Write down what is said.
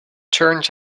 turns